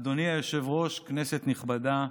אדוני היושב-ראש, כנסת נכבדה,